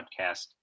podcast